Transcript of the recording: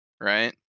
Right